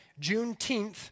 Juneteenth